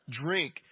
drink